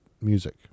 music